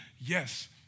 Yes